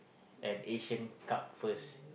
an Asian Cup first